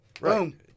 Boom